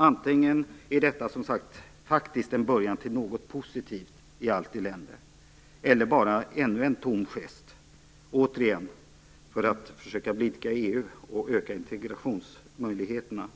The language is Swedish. Antingen är detta som sagt en början till något positivt i allt elände eller också är det bara ännu en tom gest för att försöka blidka EU och öka integrationsmöjligheterna.